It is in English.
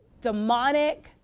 demonic